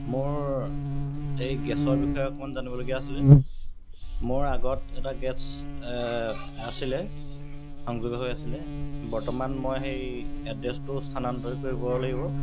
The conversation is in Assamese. মোৰ এই গেছৰ বিষয়ে অকণমান জানিবলগীয়া আছিলে মোৰ আগত এটা গেছ আছিলে সংযোগ হৈ আছিলে বৰ্তমান মই সেই এড্ৰেছটো স্থানান্তৰ কৰিব লাগিব